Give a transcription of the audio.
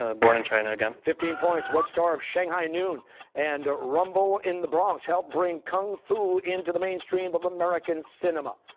ah born in china again. costa fifteen points what star of shanghai noon and rumble in the bronx helped bring kung fu into the mainstream but of american cinema?